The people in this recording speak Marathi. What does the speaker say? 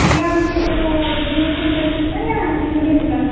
मी आमच्या इथल्या तो जिओ सेंटरचं दुकान आहे ना तिथून घेतला